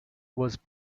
was